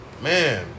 Man